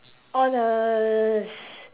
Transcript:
all the s~